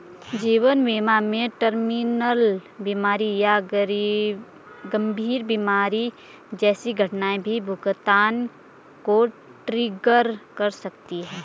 जीवन बीमा में टर्मिनल बीमारी या गंभीर बीमारी जैसी घटनाएं भी भुगतान को ट्रिगर कर सकती हैं